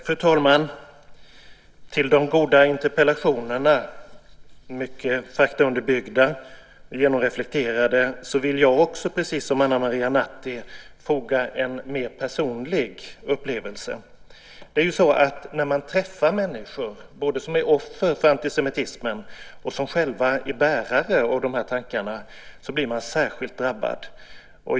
Fru talman! Till de goda interpellationerna, mycket faktaunderbyggda och genomreflekterade, vill jag också, precis som Ana Maria Narti, foga en mer personlig upplevelse. När man träffar människor, både offer för antisemitismen och bärare av de här tankarna, blir man särskilt drabbad.